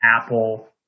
Apple